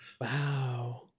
Wow